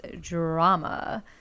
drama